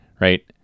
right